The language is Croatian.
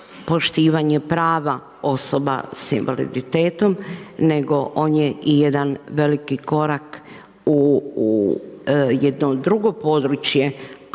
poštivanje prava osoba sa invaliditetom nego ovdje je i jedan veliki korak u jedno drugo područje